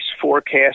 forecast